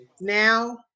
Now